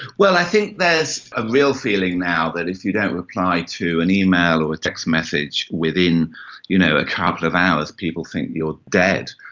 well, i think there's a real feeling now that if you don't reply to an email or text message within you know a couple of hours, people think you are dead.